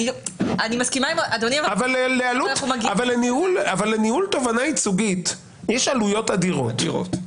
אבל לניהול תובענה ייצוגית יש עלויות אדירות,